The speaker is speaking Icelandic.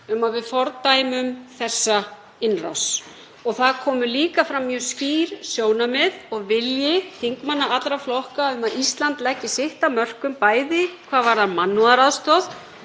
um að við fordæmum þessa innrás. Það komu líka fram mjög skýr sjónarmið og vilji þingmanna allra flokka um að Ísland leggi sitt af mörkum, m.a. hvað varðar mannúðaraðstoð.